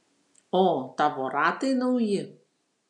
o tavo ratai nauji